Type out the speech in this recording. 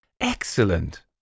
Excellent